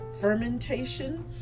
fermentation